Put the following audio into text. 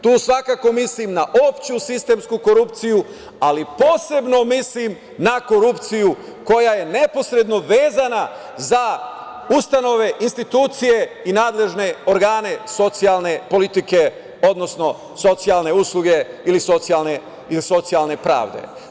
Tu svakako mislim na opštu sistemsku korupciju, ali posebno mislim na korupciju koja je neposredno vezana za ustanove, institucije i nadležne organe socijalne politike, odnosno socijalne usluge ili socijalne pravde.